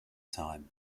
time